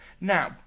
Now